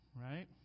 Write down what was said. right